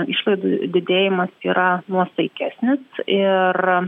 išlaidų didėjimas yra nuosaikesnis ir